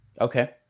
Okay